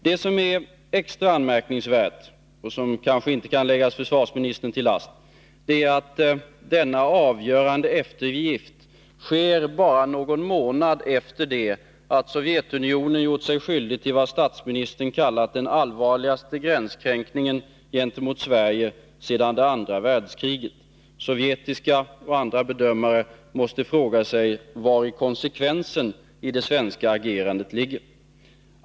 Det som är extra anmärkningsvärt och som kanske inte kan läggas försvarsministern till last är att denna avgörande eftergift sker bara någon månad efter det att Sovjetunionen gjort sig skyldig till vad statsministern kallat den allvarligaste gränskränkningen gentemot Sverige sedan andra världskriget. Sovjetiska och andra bedömare måste fråga sig var konsekvensen i det svenska agerandet ligger.